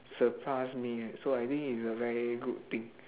surpass me so I think it's a very good thing